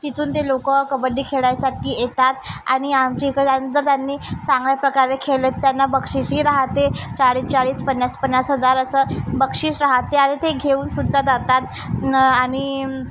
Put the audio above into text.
तिथून ते लोक कबड्डी खेळायसाठी येतात आणि आमच्याइकडे आणि जर त्यांनी चांगल्या प्रकारे खेळले त्यांना बक्षीसही राहते चाळीसचाळीस पन्नासपन्नास हजार असं बक्षीस रहाते आणि ते घेऊनसुद्धा जातात आणि